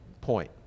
point